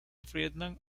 friedman